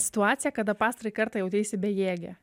situacija kada pastarąjį kartą jauteisi bejėgė